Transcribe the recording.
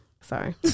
Sorry